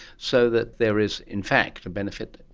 so that there is in fact a benefit,